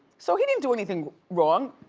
so he didn't do anything wrong.